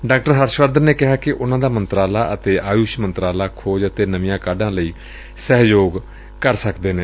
ਡਾ ਹਰਸ਼ ਵਰਧਨ ਨੇ ਕਿਹਾ ਕਿ ਉਨ੍ਹਾਂ ਦਾ ਮੰਤਰਾਲਾ ਅਤੇ ਆਯੂਸ਼ ਮੰਤਰਾਲਾ ਖੋਜ ਅਤੇ ਨਵੀਆਂ ਕਾਢਾਂ ਲਈ ਸਹਿਯੋਗ ਕਰ ਸਕਦੇ ਨੇ